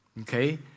Okay